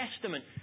Testament